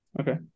Okay